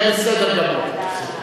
זה בסדר גמור.